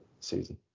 season